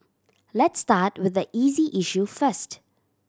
let's start with the easy issue first